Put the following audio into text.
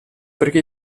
perché